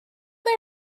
they